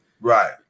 right